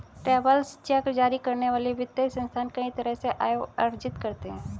travellers cheque जारी करने वाले वित्तीय संस्थान कई तरह से आय अर्जित करते हैं